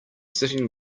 sitting